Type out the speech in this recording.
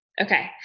Okay